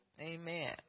Amen